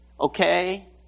Okay